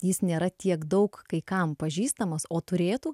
jis nėra tiek daug kai kam pažįstamas o turėtų